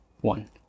One